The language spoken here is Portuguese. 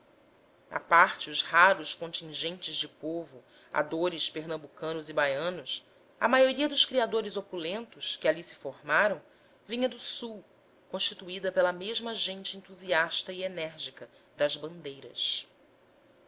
à parte os raros contingentes de povoadores pernambucanos e baianos a maioria dos criadores opulentos que ali se formaram vinha do sul constituída pela mesma gente entusiasta e enérgica das bandeiras